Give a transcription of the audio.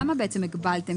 למה בעצם הגבלתם?